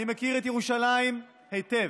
אני מכיר את ירושלים היטב,